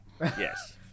Yes